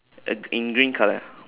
uh in green colour